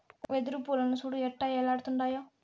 వెదురు పూలను సూడు ఎట్టా ఏలాడుతుండాయో